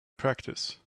practice